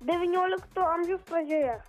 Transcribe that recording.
devyniolikto amžiaus pradžioje